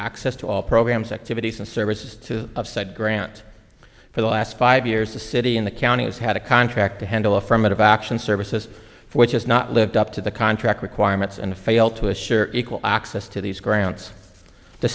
access to all programs activities and services to of said grant for the last five years the city in the county has had a contract to handle affirmative action services which has not lived up to the contract requirements and failed to assure equal access to these grounds the